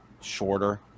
shorter